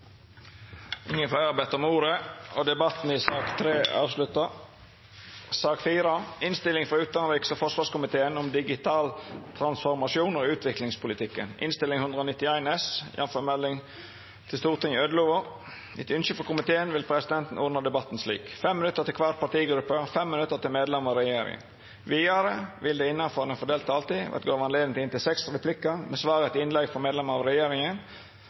Fleire har ikkje bedt om ordet til sak nr. 3. Etter ynske frå utanriks- og forsvarskomiteen vil presidenten ordna debatten slik: 5 minutt til kvar partigruppe og 5 minutt til medlemer av regjeringa. Vidare vil det – innanfor den fordelte taletida – verta gjeve høve til inntil seks replikkar med svar etter innlegg frå medlemer av regjeringa,